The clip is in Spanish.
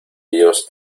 ellos